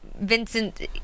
Vincent